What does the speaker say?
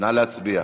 נא להצביע.